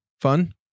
fun